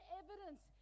evidence